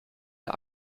der